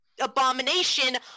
abomination